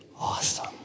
awesome